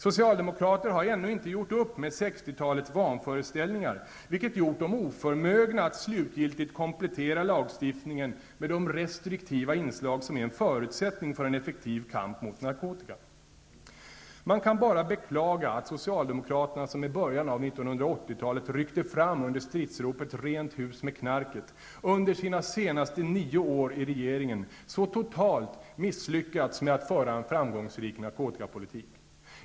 Socialdemokraterna har ännu inte gjort upp med 60-talets vanföreställningar, vilket gjort dem oförmögna att slutgiltigt komplettera lagstiftningen med de restriktiva inslag som är en förutsättning för en effektiv kamp mot narkotikan. Man kan bara beklaga att socialdemokraterna, som i början av 1980-talet ryckte fram under stridsropet ''Rent hus med knarket'', under sina senaste nio år i regeringen så totalt misslyckats med att föra en framgångsrik narkotikapolitik.